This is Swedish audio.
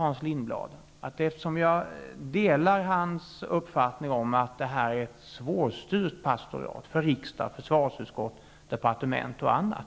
Hans Lindblad är: Eftersom jag delar Hans Lindblads uppfattning om att det här är ett svårstyrt pastorat för riksdagen, försvarsutskottet, departmentet och andra,